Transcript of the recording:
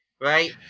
right